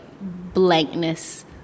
blankness